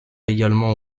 également